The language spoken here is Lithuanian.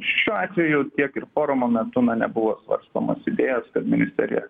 šiuo atveju tiek ir forumo metu na nebuvo svarstomos idėjos kad ministerija